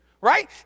right